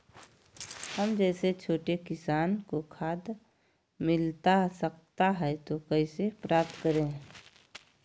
हम जैसे छोटे किसान को खाद मिलता सकता है तो कैसे प्राप्त करें?